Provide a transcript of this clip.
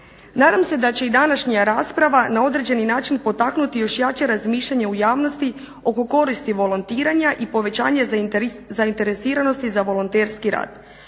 Nadam se da će i današnja rasprava na određeni način potaknuti još jače razmišljanje u javnosti oko koristi volontiranja i povećanje zainteresiranosti za volonterski rad.